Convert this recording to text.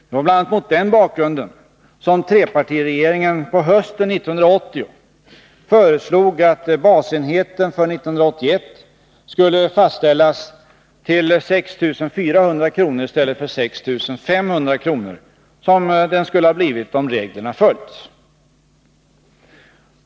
Det var bl.a. mot den bakgrunden som trepartiregeringen på hösten 1980 föreslog att basenheten för 1981 skulle fastställas till 6 400 kr. i stället för 6 500 kr., som den skulle ha blivit om reglerna hade följts.